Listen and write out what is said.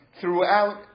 throughout